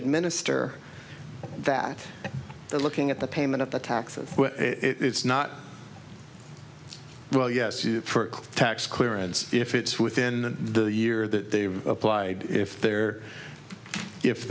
administer that they're looking at the payment of the tax and it's not well yes you for tax clearance if it's within the year that they applied if they're if